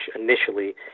initially